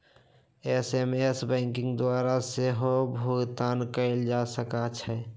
SMS banking के द्वारा सेहो भुगतान कएल जा सकै छै